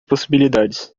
possibilidades